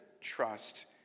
trust